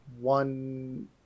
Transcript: one